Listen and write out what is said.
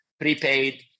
prepaid